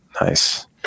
Nice